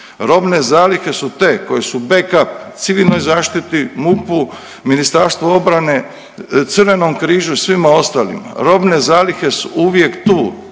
Robne zalihe su te koje su back up civilnoj zaštiti, MUP-u, Ministarstvu obrane, Crvenom križu i svima ostalima. Robne zalihe su uvijek tu.